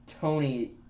Tony